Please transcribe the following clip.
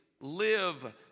live